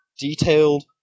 detailed